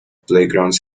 playgrounds